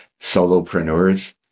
solopreneurs